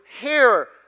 hair